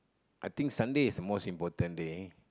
I think Sunday is the most important day